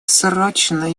срочно